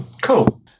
Cool